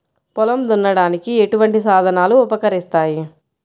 పొలం దున్నడానికి ఎటువంటి సాధనలు ఉపకరిస్తాయి?